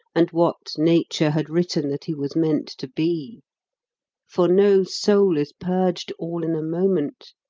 and what nature had written that he was meant to be for no soul is purged all in a moment,